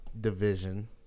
Division